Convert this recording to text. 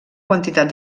quantitat